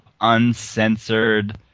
uncensored